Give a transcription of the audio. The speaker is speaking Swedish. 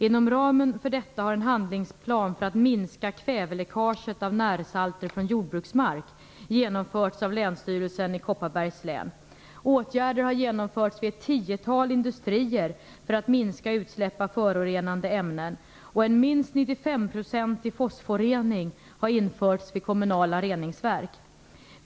Inom ramen för detta har en handlingsplan för att minska kväveläckaget av närsalter från jordbruksmark genomförts av Länsstyrelsen i Kopparbergs län. Åtgärder har genomförts vid ett tiotal industrier för att minska utsläpp av förorenande ämnen och en fosforrening på minst 95 % har införts vid kommunala reningsverk.